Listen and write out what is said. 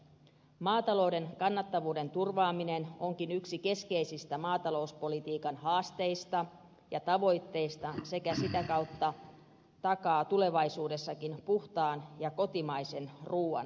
maatalouden kannattavuuden turvaaminen onkin yksi keskeisistä maatalouspolitiikan haasteista ja tavoitteista ja sitä kautta takaa tulevaisuudessakin puhtaan ja kotimaisen ruuan saannin